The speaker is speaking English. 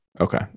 Okay